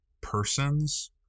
persons